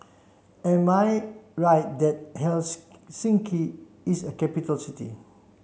am I right that is a capital city